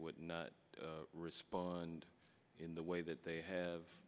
would not respond in the way that they have